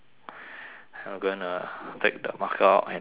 I'm gonna take the marker out and draw